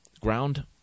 ground